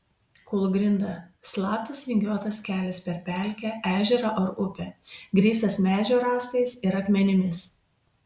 kūlgrinda slaptas vingiuotas kelias per pelkę ežerą ar upę grįstas medžio rąstais ir akmenimis